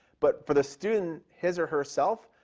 but for the student, his or herself,